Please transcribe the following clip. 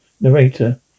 Narrator